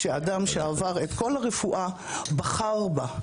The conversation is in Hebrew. כשאדם שעבר את כל הרפואה בחר בה.